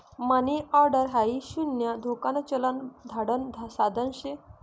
मनी order हाई शून्य धोकान चलन धाडण साधन शे